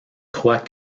croit